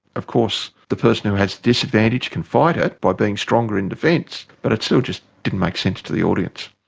of course the person who has the disadvantage can fight it by being stronger in defence, but it still just didn't make sense to the audience.